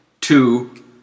two